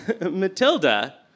Matilda